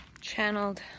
Channeled